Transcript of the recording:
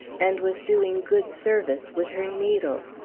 and was doing good service with her needle.